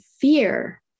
fear